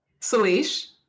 Salish